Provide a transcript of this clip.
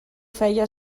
feia